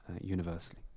universally